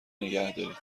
نگهدارید